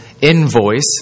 invoice